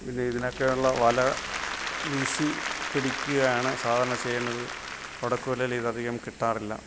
പിന്നെ ഇതിനൊക്കെയുള്ള വല വീശി പിടിക്കുകയാണ് സാധാരണ ചെയ്യുന്നത് ഒടക്ക് വലയിൽ ഇത് അധികം കിട്ടാറില്ല